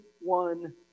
one